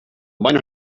miner